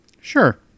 Sure